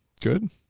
Good